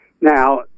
now